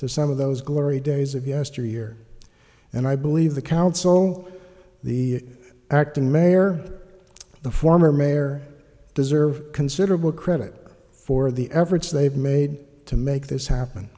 to some of those glory days of yesteryear and i believe the council the acting mayor the former mayor deserve considerable credit for the efforts they've made to make this happen